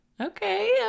Okay